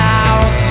out